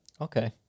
Okay